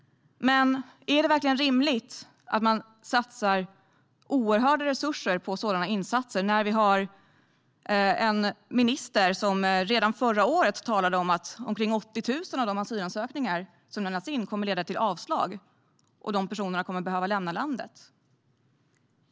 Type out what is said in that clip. Men är det verkligen rimligt att satsa oerhörda resurser på sådana insatser när vi har en minister som redan förra året talade om att omkring 80 000 av de asylansökningar som lämnats in kommer att avslås och att de berörda personerna kommer att behöva lämna landet?